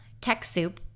TechSoup